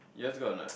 yours got a not